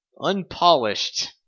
unpolished